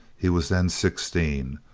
he was then sixteen,